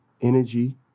Energy